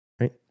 right